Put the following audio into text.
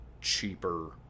cheaper